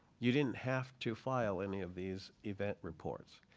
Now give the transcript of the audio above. you didn't have to file any of these event reports.